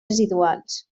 residuals